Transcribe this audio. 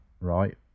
right